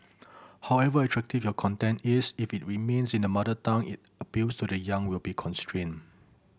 however attractive your content is if it remains in the mother tongue it appeal to the young will be constrained